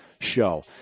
show